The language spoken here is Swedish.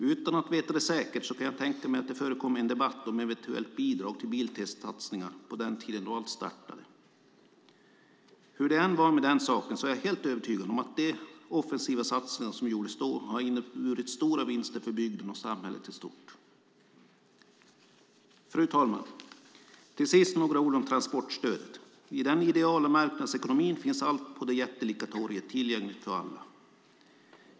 Utan att veta det säkert kan jag tänka mig att det förekom en debatt om eventuella bidrag till biltestsatsningar på den tiden då allt startade. Hur det än var med den saken är jag helt övertygad om att de offensiva satsningar som gjordes då har inneburit stora vinster för bygden och samhället i stort. Fru talman! Till sist några ord om transportstödet. I den ideala marknadsekonomin finns allt på det jättelika torget tillgängligt för alla.